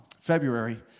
february